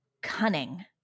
cunning